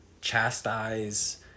chastise